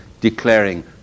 declaring